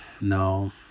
no